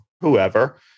whoever